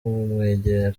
kumwegera